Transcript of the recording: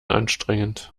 anstrengend